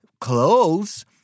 clothes